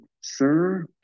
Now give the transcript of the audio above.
Sir